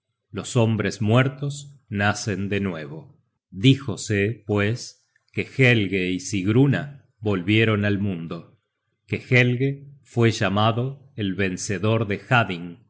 los hombres muertos nacen de nuevo díjose pues que helge y sigruna volvieron al mundo que helge fue llamado el vencedor de